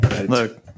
Look